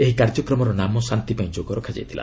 ଏହି କାର୍ଯ୍ୟକ୍ରମର ନାମ ଶାନ୍ତି ପାଇଁ ଯୋଗ ରଖାଯାଇଥିଲା